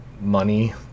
money